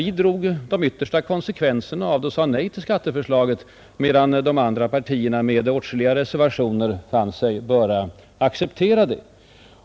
Vi drog de yttersta konsekvenserna och sade nej till skatteförslaget i dess helhet medan de andra partierna, men med åtskilliga reservationer, fann sig böra acceptera det.